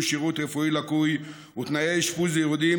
שירות רפואי לקוי ותנאי אשפוז ירודים,